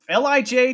LIJ